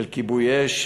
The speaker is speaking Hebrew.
של כיבוי אש,